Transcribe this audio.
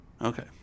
Okay